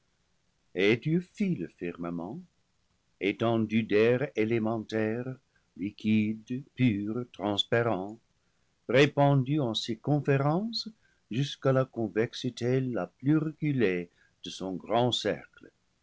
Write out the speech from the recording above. et dieu fît le firmament étendue d'air élémentaire liquide pur transparent répandu en circonférence jusqu'à la con vexité la plus reculée de son grand cercle